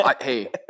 Hey